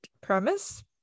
premise